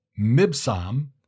Mibsam